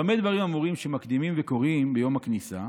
"במה דברים אמורים שמקדימין וקוראין ביום הכניסה?